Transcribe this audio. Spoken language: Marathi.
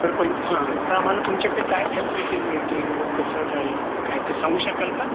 तर पंचव हां तर आम्हाला तुमच्याकडे काय फॅसिलिटीज मिळतील कसं काय आहे वगैरे काय ते सांगू शकाल का